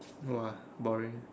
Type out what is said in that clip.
!wah! boring